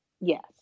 Yes